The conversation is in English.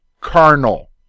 carnal